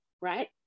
right